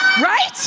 Right